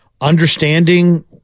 understanding